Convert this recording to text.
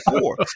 four